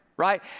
right